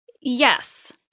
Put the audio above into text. Yes